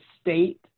state